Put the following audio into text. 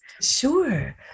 Sure